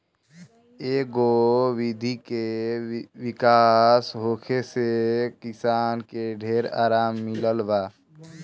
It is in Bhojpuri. ए विधि के विकास होखे से किसान के ढेर आराम मिलल बा